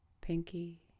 pinky